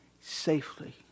safely